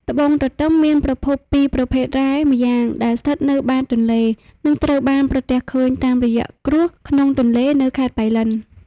ត្បូងទទឹម មានប្រភពពីប្រភេទរ៉ែម្យ៉ាង ដែលស្ថិតនៅបាតទន្លេ និងត្រូវបានប្រទះឃើញតាមរយៈគ្រួសក្នុងទន្លេនៅខេត្តប៉ៃលិន។